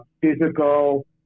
physical